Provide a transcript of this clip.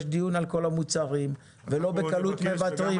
יש דיון על כל המוצרים ולא בקלות מוותרים.